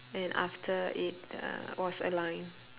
and after it uh was a line